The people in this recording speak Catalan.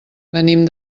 venim